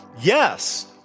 Yes